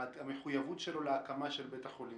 המחויבות שלו להקמת בית החולים.